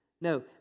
No